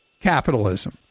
capitalism